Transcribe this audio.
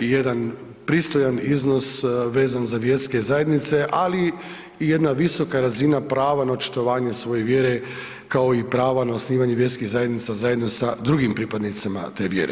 jedan pristojan iznos vezan za vjerske zajednice, ali i jedna visoka razina prava na očitovanje svoje vjere kao i prava na osnivanje vjerskih zajednica zajedno sa drugim pripadnicima te vjere.